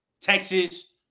Texas